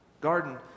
garden